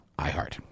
iHeart